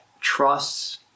trusts